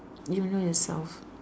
you don't know yourself